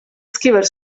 scrivere